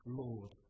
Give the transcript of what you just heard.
lord